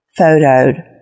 photoed